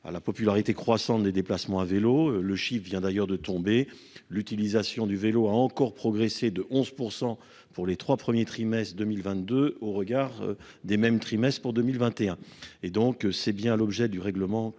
à la popularité croissante des déplacements à vélo le chiffre vient d'ailleurs de tomber. L'utilisation du vélo a encore progressé de 11% pour les 3 premiers trimestres 2022. Au regard des mêmes trimestres pour 2021 et donc c'est bien l'objet du règlement